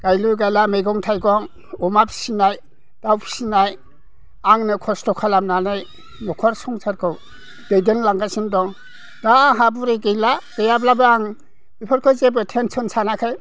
गायलु गायला मैगं थाइगं अमा फिसिनाय दाउ फिसिनाय आंनो खस्थ' खालामनानै न'खर संसारखौ दैदेनलांगासिनो दं दा आंहा बुरै गैला गैयाब्लाबो आं बेफोरखौ टेनसन सानाखै